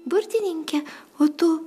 burtininke o tu